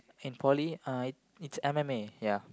and poly uh it it's M_M_A ya